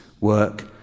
work